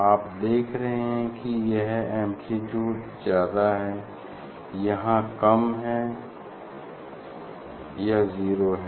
आप देख रहे हैं कि यह एम्प्लीट्यूड ज़्यादा है यहाँ कम है या जीरो है